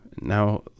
now